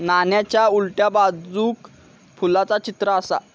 नाण्याच्या उलट्या बाजूक फुलाचा चित्र आसा